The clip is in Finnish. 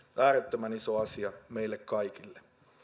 äärettömän iso asia meille kaikille